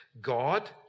God